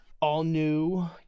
all-new